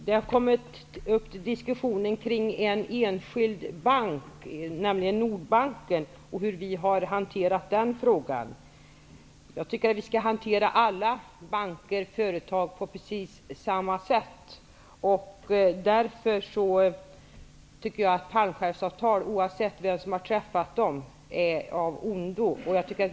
Herr talman! Diskussionen rör sig om en enskild bank, nämligen Nordbanken, och hur vi har hanterat den frågan. Jag tycker att vi skall hantera alla banker och företag på precis samma sätt. Därför är fallskärmsavtal, oavsett vem som har träffat dem, av ondo.